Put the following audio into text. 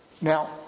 Now